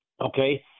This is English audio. okay